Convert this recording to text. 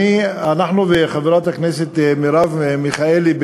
אני וחברת הכנסת מרב מיכאלי,